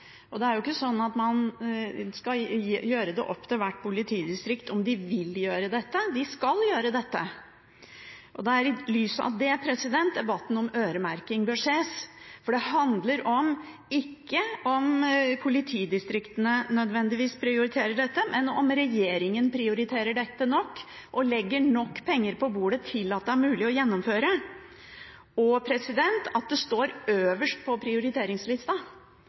dette. Det er jo ikke slik at en skal la det være opp til hvert politidistrikt om de vil gjøre dette – de skal gjøre dette! Det er i lys av dette at debatten om øremerking bør ses, for det handler ikke om politidistriktene nødvendigvis prioriterer dette, men om regjeringen prioriterer dette nok og legger nok penger på bordet til at det er mulig å gjennomføre, og at det står øverst på prioriteringslista,